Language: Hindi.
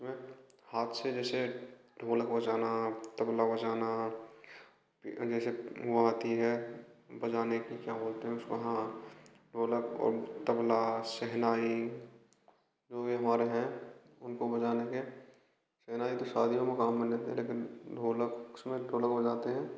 उसमें हाथ से जैसे ढोलक बजाना तबला बजाना जैसे वह आती है बजाने की क्या बोलते हैं उसको हाँ ढोलक और तबला शहनाई जो ये हमारे हैं उनको बजाने के शहनाई तो शादियों में गाँव में लेते हैं लेकिन ढोलक उसमें ढोलक बजाते हैं